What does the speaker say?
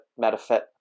Metafit